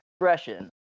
expression